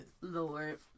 Lord